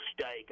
steak